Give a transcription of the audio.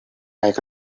like